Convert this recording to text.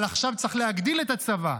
אבל עכשיו צריך להגדיל את הצבא,